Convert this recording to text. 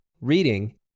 reading